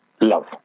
love